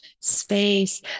space